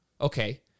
Okay